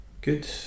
good